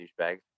douchebags